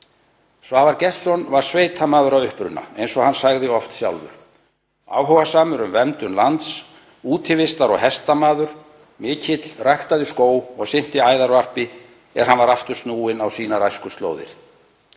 Svavar Gestsson var sveitamaður að uppruna, eins og hann sagði oft sjálfur, áhugasamur um verndun lands, útivistar- og hestamaður mikill, ræktaði skóg og sinnti æðarvarpi er hann var aftur snúinn á sínar æskuslóðir.